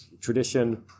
tradition